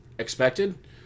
expected